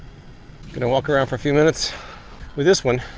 gonna walk around for a few minutes with this one